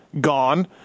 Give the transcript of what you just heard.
gone